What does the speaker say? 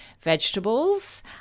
vegetables